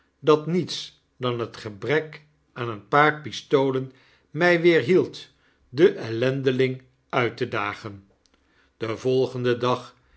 dat niets dan het gebrek aan een paar pistolen my weerhield den ellendeling uit te dagen den volgenden dag